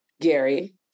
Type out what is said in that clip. Gary